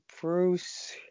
Bruce